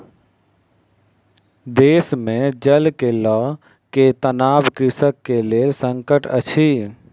देश मे जल के लअ के तनाव कृषक के लेल संकट अछि